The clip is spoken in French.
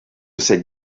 cette